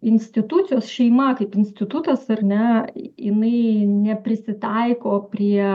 institucijos šeima kaip institutas ar ne jinai neprisitaiko prie